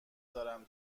دارم